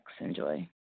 Enjoy